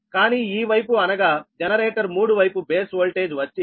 కానీ ఈ వైపు అనగా జనరేటర్ 3 వైపు బేస్ వోల్టేజ్ వచ్చి 11